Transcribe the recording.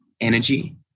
energy